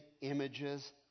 images